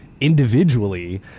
individually